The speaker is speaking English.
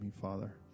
Father